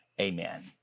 amen